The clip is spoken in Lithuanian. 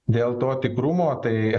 dėl to tikrumo tai